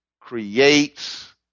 creates